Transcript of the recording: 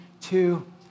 two